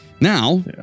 Now